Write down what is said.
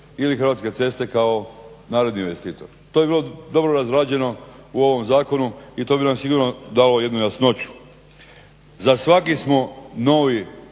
ili Hrvatske ceste kao naredni investitor. To bi bilo dobro razrađeno u ovom zakonu i to bi nam sigurno dalo jednu jasnoću. Za svaki smo novi